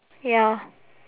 ya